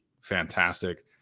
fantastic